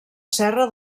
serra